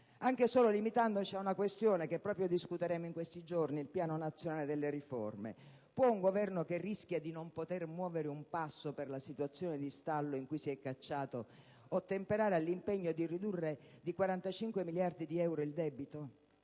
Anche solo limitandoci ad una questione (che discuteremo proprio in questi giorni), cioè il piano nazionale delle riforme, vorrei sapere se un Governo che rischia di non poter muovere un passo per la situazione di stallo in cui si è cacciato possa ottemperare all'impegno di ridurre di 45 miliardi di euro il debito.